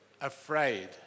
afraid